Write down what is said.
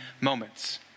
moments